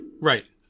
Right